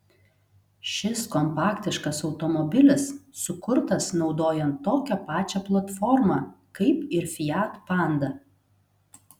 šis kompaktiškas automobilis sukurtas naudojant tokią pačią platformą kaip ir fiat panda